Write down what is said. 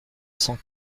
cent